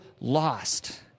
lost